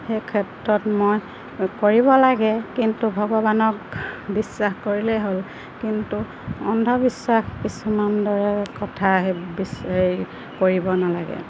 সেই ক্ষেত্ৰত মই কৰিব লাগে কিন্তু ভগৱানক বিশ্বাস কৰিলে হ'ল কিন্তু অন্ধবিশ্বাস কিছুমান লৈ কথা আহে বেচ কৰিব নালাগে